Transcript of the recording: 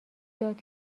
داد